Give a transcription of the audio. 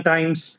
Times